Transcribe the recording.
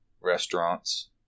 restaurants